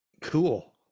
cool